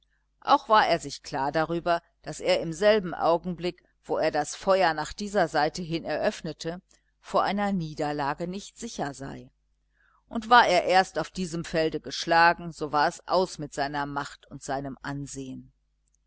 auch war er sich klar darüber daß er im selben augenblick wo er das feuer nach dieser seite hin eröffnete vor einer niederlage nicht sicher sei und war er erst auf diesem felde geschlagen so war es aus mit seiner macht und mit seinem ansehen